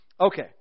Okay